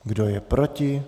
Kdo je proti?